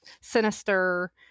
sinister